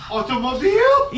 Automobile